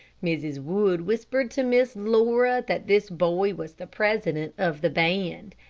mrs. wood whispered to miss laura that this boy was the president of the band,